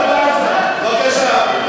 בבקשה.